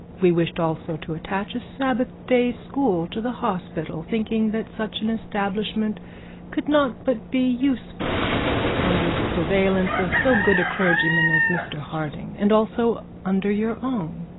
we wished also to attach a sabbath-day school to the hospital, thinking that such an establishment could not but be useful under the surveillance of so good a clergyman as mr harding, and also under your own.